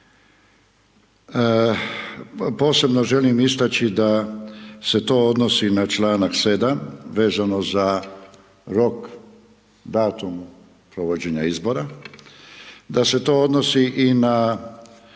posebno želim istači, da se to odnosi na članak 7. vezano na rok, datum provođenja izbora, da se to odnosi i na onu